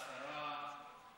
עשרה,